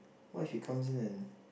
what if she comes in and